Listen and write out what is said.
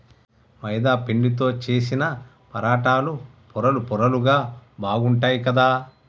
మైదా పిండితో చేశిన పరాటాలు పొరలు పొరలుగా బాగుంటాయ్ కదా